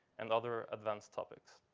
and other advanced topics.